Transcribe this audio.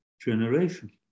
generation